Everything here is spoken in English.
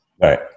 Right